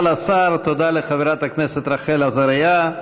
לשר, תודה לחברת הכנסת רחל עזריה.